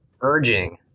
urging